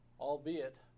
albeit